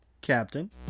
captain